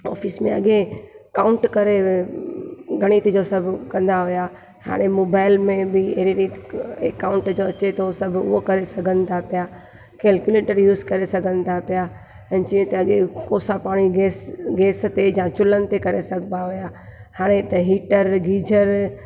office में अॻे count करे गणित जो सभु कंदा हुया हाणे मुबाईल में बि अहिड़ी रीति एकाऊंट जो अचे थो सभु उहो करे सघनि था पिया केल्कियुलेटर यूस करे सघनि था पिया ऐं जीअं त अॻे कोसा पाणी गैस गैस ते या चुल्हनि ते करे सघिबा हुया हाणे त हीटर गीजर